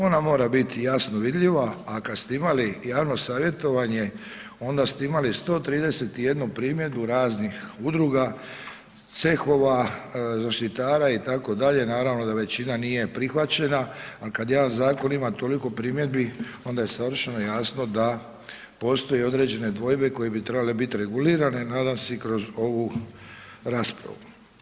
Ona mora biti jasno vidljiva, a kad ste imali javno savjetovanje, onda ste imali 131 primjedbu raznih udruga, cehova, zaštitara, itd., naravno da većina nije prihvaćena, ali kad jedan zakon ima toliko primjedbi, onda je savršeno jasno da postoje određene dvojbe koje bi trebale biti regulirane, nadam se i kroz ovu raspravu.